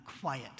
quiet